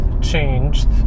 changed